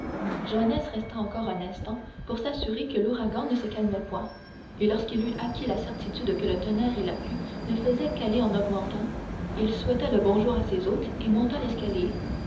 joannès resta encore un instant pour s'assurer que l'ouragan ne se calmait point et lorsqu'il eut acquis la certitude que le tonnerre et la pluie ne faisaient qu'aller en augmentant il souhaita le bonjour à ses hôtes et monta l'escalier